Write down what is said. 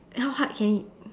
how hard can it